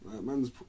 Man's